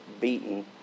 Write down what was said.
beaten